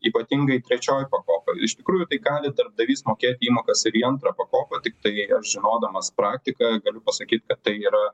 ypatingai trečioji pakopa iš tikrųjų tai gali darbdavys mokėti įmokas ir į antrą pakopą tiktai aš žinodamas praktiką galiu pasakyt kad tai yra